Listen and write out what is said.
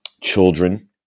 children